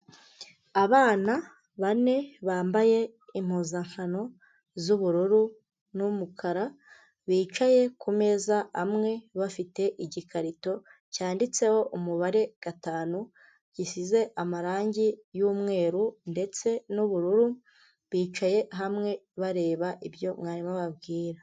Abana bane bambaye impuzankano z'ubururu n'umukara bicaye ku meza amwe bafite igikarito cyanditseho umubare gatanu gisize amarangi y'umweru ndetse n'ubururu, bicaye hamwe bareba ibyo mwarimu ababwira.